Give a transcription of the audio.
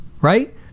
Right